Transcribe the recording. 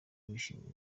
bishimira